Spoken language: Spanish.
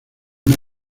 una